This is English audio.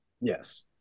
Yes